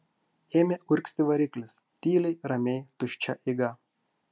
ėmė urgzti variklis tyliai ramiai tuščia eiga